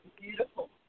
beautiful